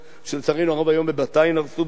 ולצערנו הרב היום בבת-עין הרסו בתים,